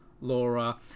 Laura